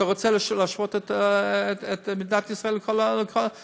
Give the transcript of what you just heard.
אתה רוצה להשוות את מדינת ישראל לכל המדינות?